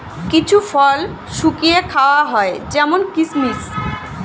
কিছু ফল শুকিয়ে খাওয়া হয় যেমন কিসমিস